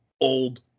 Old